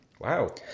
Wow